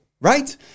right